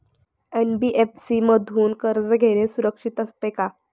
NBFC मधून कर्ज घेणे सुरक्षित असते का?